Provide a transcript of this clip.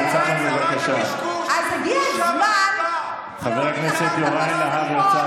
שהציע לי, כדי שאני אסכים לממשלת מיעוט.